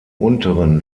unteren